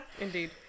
Indeed